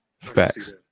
Facts